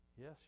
Yes